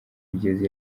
kugeza